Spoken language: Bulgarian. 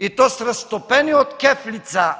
и то с разтопени от кеф лица,